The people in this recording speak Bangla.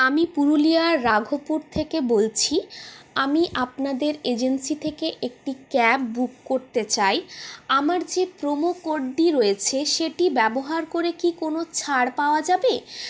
আমি পুরুলিয়ার রাঘবপুর থেকে বলছি আমি আপনাদের এজেন্সি থেকে একটি ক্যাব বুক করতে চাই আমার যে প্রোমো কোডটি রয়েছে সেটি ব্যবহার করে কি কোনও ছাড় পাওয়া যাবে